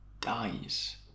dies